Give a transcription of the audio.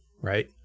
right